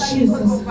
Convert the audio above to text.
Jesus